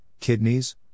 kidneys